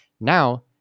now